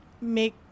make